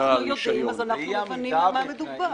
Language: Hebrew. אנחנו יודעים, אז אנחנו מבינים על מה מדובר.